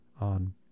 on